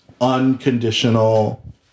unconditional